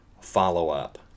follow-up